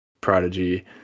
Prodigy